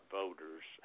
voters